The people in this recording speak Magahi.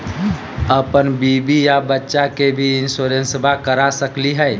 अपन बीबी आ बच्चा के भी इंसोरेंसबा करा सकली हय?